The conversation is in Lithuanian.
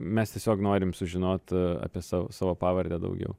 mes tiesiog norim sužinot apie sav savo pavardę daugiau